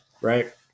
right